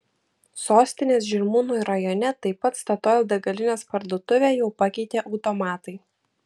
sostinės žirmūnų rajone taip pat statoil degalinės parduotuvę jau pakeitė automatai